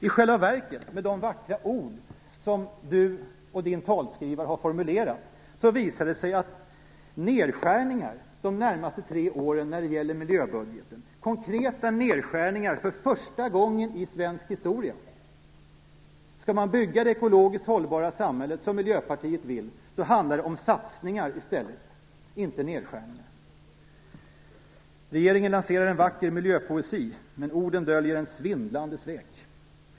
I själva verket visar det sig, trots de vackra ord som Göran Persson och hans talskrivare har formulerat, att det de närmaste tre åren blir konkreta nedskärningar i miljöbudgeten för första gången i svensk historia. Skall man bygga det ekologiskt hållbara samhälle som Miljöpartiet vill handlar det om satsningar i stället, inte om nedskärningar. Regeringen lanserar en vacker miljöpoesi. Men orden döljer ett svindlande svek.